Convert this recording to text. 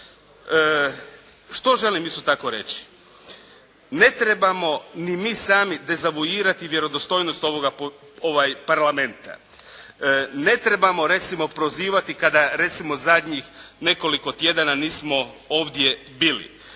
Što želim isto tako reći? Ne trebamo ni mi sami dezavuirati vjerodostojnost Parlamenta. Ne trebamo recimo prozivati kada recimo zadnjih nekoliko tjedana nismo ovdje bili.